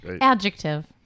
Adjective